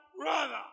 brother